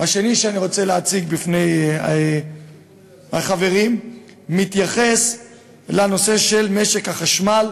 השני שאני רוצה להציג בפני החברים מתייחס לנושא של משק החשמל,